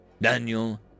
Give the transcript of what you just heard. Daniel